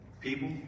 People